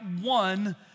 one